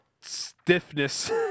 stiffness